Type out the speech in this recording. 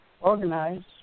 organize